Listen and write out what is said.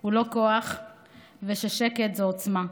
הוא לא כוח וששקט הוא עוצמה.